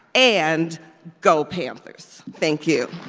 and go panthers! thank you.